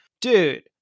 dude